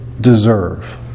deserve